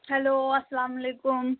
hello اسلام علیکُم